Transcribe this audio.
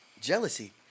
jealousy